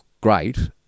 great